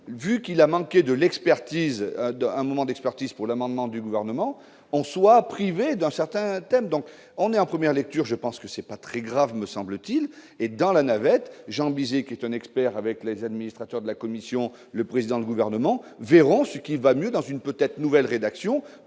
vu qu'il a manqué de l'expertise de un moment d'expertise pour l'amendement du gouvernement on soit privé dans certains thèmes, donc on est en première lecture, je pense que c'est pas très grave, me semble-t-il, et dans la navette, Jean Bizet, qui est un expert avec les administrateurs de la Commission, le président du gouvernement verront ce qu'il va mieux dans une peut-être nouvelle rédaction